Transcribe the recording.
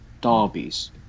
derbies